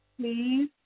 please